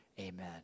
Amen